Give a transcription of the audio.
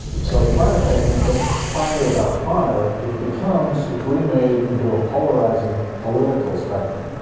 so the fire thing was finally about fire, it becomes, it's remade into a polarizing political spectrum.